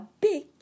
big